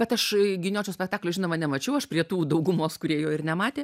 bet aš giniočio spektaklio žinoma nemačiau aš prie tų daugumos kurie jo ir nematė